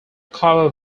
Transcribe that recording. cover